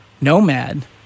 nomad